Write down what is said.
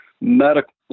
medical